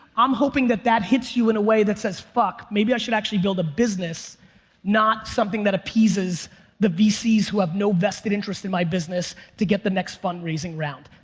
i'm hoping that that hits you in a way that says fuck, maybe i should actually build a business not something that appeases the vcs who have no vested interest in my business to get the next fundraising round.